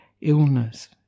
illness